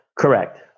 correct